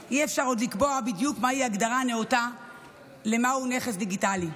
עוד אי-אפשר לקבוע בדיוק מהי ההגדרה הנאותה למה הוא "נכס דיגיטלי".